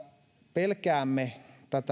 pelkäämme tätä